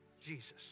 Jesus